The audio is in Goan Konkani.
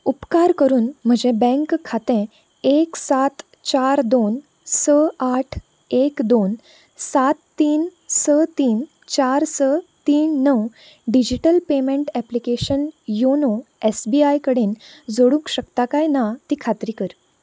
उपकार करून म्हजें बँक खातें एक सात चार दोन स आठ एक दोन सात तीन स तीन चार स तीन णव digital payment application YONO SBI कडेन जोडूंक शकता काय ना ती खात्री कर